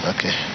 Okay